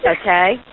Okay